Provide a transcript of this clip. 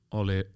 oli